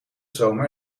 zomer